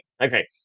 okay